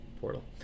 portal